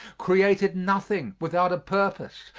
created nothing without a purpose,